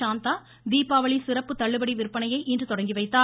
சாந்தா தீபாவளி சிறப்பு தள்ளுபடி விற்பனையை இன்று தொடங்கிவைத்தார்